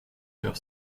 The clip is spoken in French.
sur